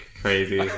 crazy